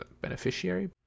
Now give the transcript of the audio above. beneficiary